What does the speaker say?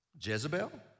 Jezebel